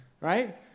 right